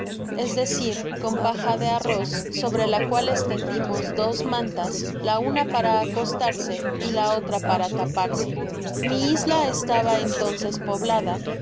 es decir con paja de arroz sobre la cual estendimos dos mantas la una para acostarse y la otra para taparse mi isla estaba entonces poblada y